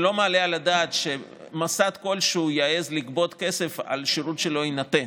אני לא מעלה על הדעת שמוסד כלשהו יעז לגבות כסף על שירות שלא יינתן.